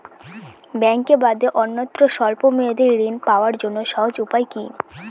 ব্যাঙ্কে বাদে অন্যত্র স্বল্প মেয়াদি ঋণ পাওয়ার জন্য সহজ উপায় কি?